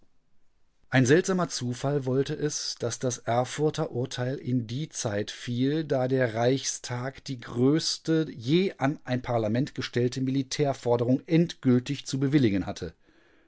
ein seltsamer zufall wollte es daß das erfurter urteil in die zeit fiel da der reichstag die größte je an ein parlament gestellte militärforderung endgültig zu bewilligen hatte